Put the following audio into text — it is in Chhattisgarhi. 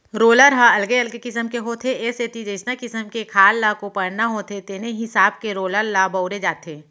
रोलर ह अलगे अलगे किसम के होथे ए सेती जइसना किसम के खार ल कोपरना होथे तेने हिसाब के रोलर ल बउरे जाथे